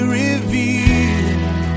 revealed